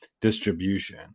distribution